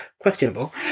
questionable